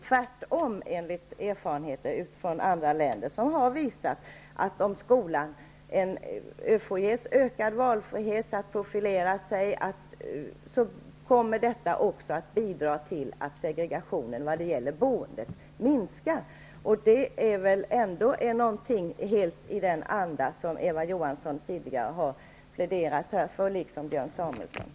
Tvärtom har erfarenheter från andra länder visat att om skolan ges ökad valfrihet att profilera sig, bidrar det till att segregation vad gäller boendet minskar. Det är väl ändå något helt i den anda som Eva Johansson, liksom Björn Samuelson, tidigare har pläderat för?